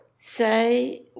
say